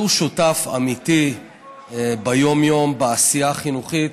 שהוא שותף אמיתי ביום-יום בעשייה החינוכית,